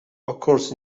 occurs